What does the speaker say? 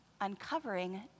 uncovering